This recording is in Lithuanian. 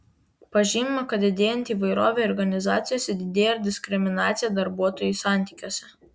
pažymima kad didėjant įvairovei organizacijose didėja ir diskriminacija darbuotojų santykiuose